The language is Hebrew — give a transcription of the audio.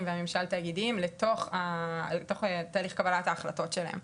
והחברתיים בממשל תאגידים לתוך תהליך קבלת ההחלטות שלהם.